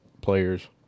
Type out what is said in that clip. players